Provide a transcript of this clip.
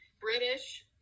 british